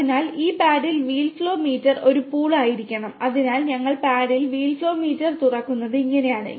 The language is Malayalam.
അതിനാൽ ഈ പാഡിൽ വീൽ ഫ്ലോ മീറ്റർ ഒരു പുൾ ആയിരിക്കണം അതിനാൽ ഞങ്ങൾ പാഡിൽ വീൽ ഫ്ലോ മീറ്റർ തുറക്കുന്നത് ഇങ്ങനെയാണ്